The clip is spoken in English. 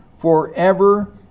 forever